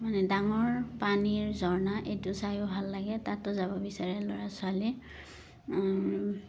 মানে ডাঙৰ পানীৰ ঝৰ্ণা এইটো চায়ো ভাল লাগে তাতো যাব বিচাৰে ল'ৰা ছোৱালী